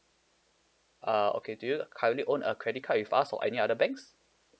uh okay do you currently own a credit card with us or any other banks